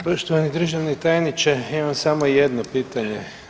Poštovani državni tajniče imam samo jedno pitanje.